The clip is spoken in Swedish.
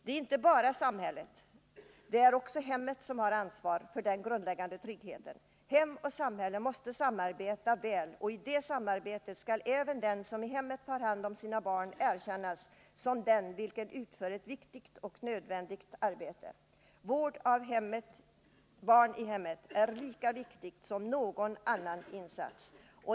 Det är inte bara samhället som har ansvar för den grundläggande tryggheten, utan det har också hemmet. Hem och samhälle måste samarbeta väl, och i det samarbetet skall även den som i hemmet tar hand om sina barn erkännas som den vilken utför ett viktigt och nödvändigt arbete. Vård av barn i hemmet är ett lika viktigt arbete som någon annan insats.